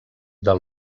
del